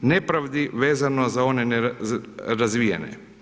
nepravdi vezano za one nerazvijene.